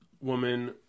woman